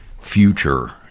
future